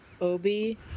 Obi